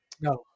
No